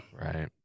right